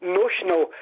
notional